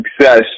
success